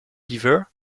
beaver